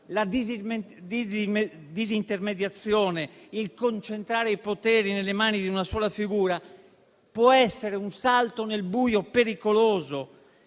La disintermediazione, il concentrare i poteri nelle mani di una sola figura, può essere un salto nel buio pericoloso,